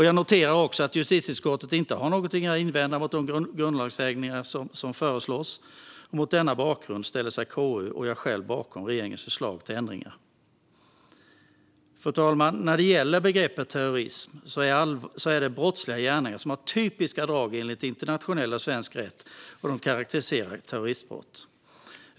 Jag noterar att justitieutskottet inte har något att invända mot de grundlagsändringar som föreslås. Mot denna bakgrund ställer sig KU och jag själv bakom regeringens förslag till ändringar. Föreningsfrihet och terroristorganisationer Fru talman! När det gäller begreppet terrorism handlar det om brottsliga gärningar som har de typiska drag som enligt internationell och svensk rätt karakteriserar terroristbrott.